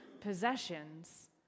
possessions